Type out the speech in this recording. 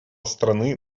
страны